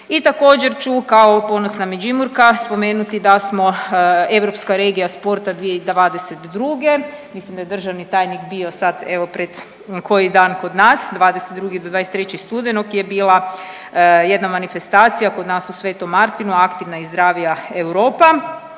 I također ću kao ponosna Međimurka spomenuti da smo Europska regija sporta 2022., mislim da je državni tajnik bio sad evo pred koji dan kod nas 22.-23. studenog je bila jedna manifestacija kod nas u Svetom Martinu „Aktivna i zdravija Europa“